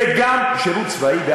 וגם שירות צבאי.